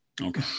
okay